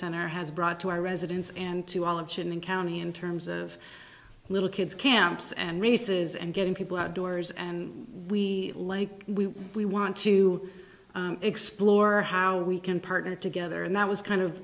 center has brought to our residents and to all of chinon county in terms of little kids camps and races and getting people outdoors and we like we we want to explore how we can partner together and that was kind of